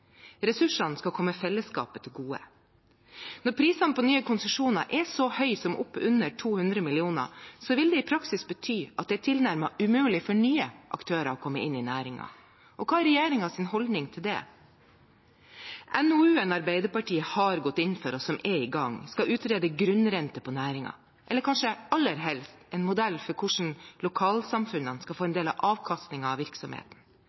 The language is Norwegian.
Ressursene skal komme fellesskapet til gode. Når prisene på nye konsesjoner er så høye som oppunder 200 mill. kr, vil det i praksis bety at det er tilnærmet umulig for nye aktører å komme inn i næringen. Hva er regjeringens holdning til det? NOU-en Arbeiderpartiet har gått inn for, og som er i gang, skal utrede grunnrente på næringen, eller kanskje aller helst en modell for hvordan lokalsamfunnene skal få en del av avkastningen fra virksomheten.